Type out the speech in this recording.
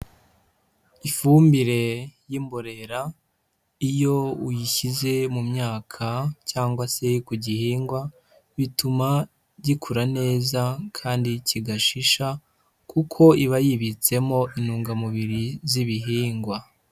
Ifumbire y'imborera iyo uyishyize mu myaka cyangwa se ku gihingwa bituma gikura neza kandi kigashisha kuko iba yibitsemo intungamubiri zibihingwa.